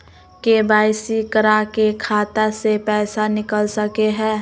KYC करा के खाता से पैसा निकल सके हय?